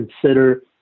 consider